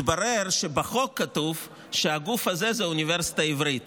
התברר שבחוק כתוב שהגוף הזה הוא האוניברסיטה העברית.